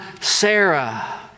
Sarah